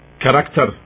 character